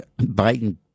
Biden